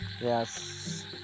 yes